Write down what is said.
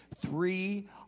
three